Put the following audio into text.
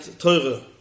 Teure